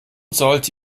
sollte